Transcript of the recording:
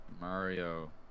Mario